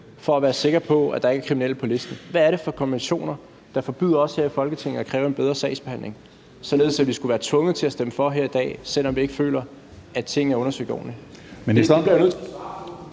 for at være sikker på, at der ikke er kriminelle på listen. Hvad er det for konventioner, der forbyder os her i Folketinget at kræve en bedre sagsbehandling, således at vi skulle være tvunget til at stemme for her i dag, selv om vi ikke føler, at tingene er undersøgt ordentligt?